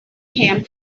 him